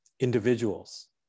individuals